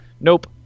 Nope